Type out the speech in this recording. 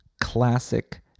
Classic